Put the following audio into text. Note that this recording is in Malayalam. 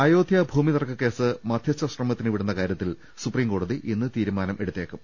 അയോധ്യാ ഭൂമി തർക്കകേസ് മധ്യസ്ഥ ശ്രമത്തിന് വിടുന്ന കാര്യ ത്തിൽ സുപ്രീംകോടതി ഇന്ന് തീരുമാനം അറിയിച്ചേക്കും